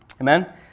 Amen